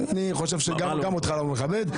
אני חושב שגם אותך לא מכבד.